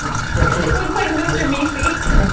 like mr. meeseeks.